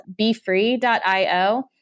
BeFree.io